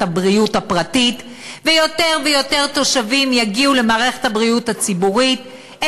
הבריאות הפרטית ויותר ויותר תושבים יגיעו למערכת הבריאות הציבורית,